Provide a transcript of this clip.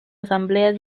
asambleas